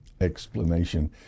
explanation